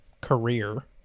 career